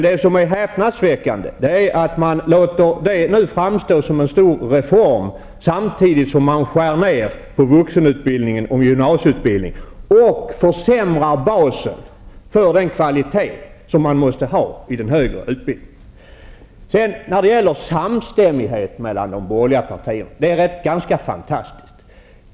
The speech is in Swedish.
Det häpnadsväckande är att man låter detta framstå som en stor reform samtidigt som man skär ner på vuxen och gymnasieutbildningen och försämrar basen för den kvalitet som krävs för den högre utbildningen. Vidare har vi samstämmigheten mellan de borgerliga partierna. Det är fantastiskt.